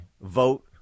vote